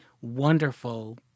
wonderful